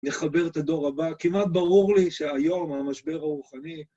נחבר את הדור הבא, כמעט ברור לי שהיום המשבר הרוחני...